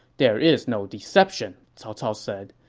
there is no deception, cao cao said,